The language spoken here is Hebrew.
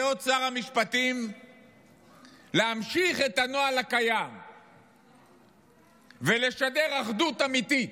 לא, ייאות שר המשפטים להמשיך את הנוהל הקיים ולשדר אחדות אמיתית,